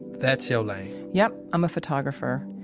that's your lane yep, i'm a photographer.